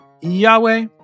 Yahweh